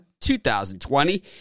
2020